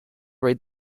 read